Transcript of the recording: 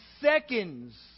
seconds